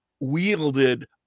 wielded